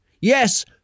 Yes